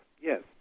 yes